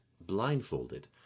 blindfolded